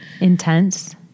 intense